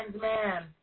man